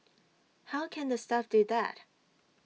how can the staff do that